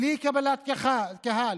בלי קבלת קהל,